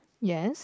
yes